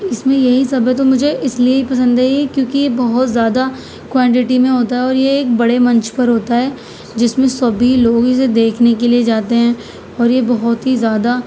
اس میں یہی سب ہے تو مجھے اس لیے یہ پسند ہے یہ کیونکہ یہ بہت زیادہ کوانٹٹی میں ہوتا ہے اور یہ ایک بڑے منچ پر ہوتا ہے جس میں سبھی لوگ اسے دیکھنے کے لیے جاتے ہیں اور یہ بہت ہی زیادہ